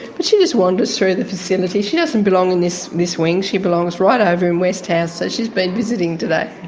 but she just wanders through the facility, she doesn't belong in this this wing, she belongs right over in west house so she's been visiting today.